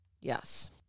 Yes